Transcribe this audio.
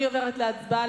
אני עוברת להצבעה.